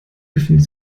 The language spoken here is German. befindet